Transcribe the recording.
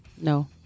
no